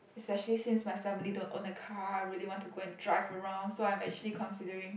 especially since my family don't own a car I really want to go and drive around so I'm actually considering